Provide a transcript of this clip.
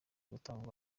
gutangwa